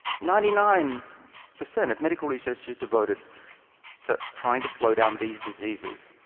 ninety-nine percent of medical research is devoted to trying to slow down these diseases,